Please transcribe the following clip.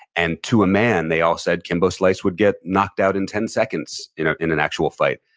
and to a man they all said kimbo slice would get knocked out in ten seconds you know in an actual fight.